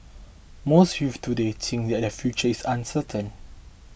most youths today think that their future is uncertain